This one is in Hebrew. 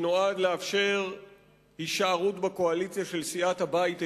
שנועד לאפשר הישארות בקואליציה של סיעת הבית היהודי,